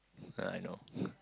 ya I know